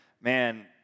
man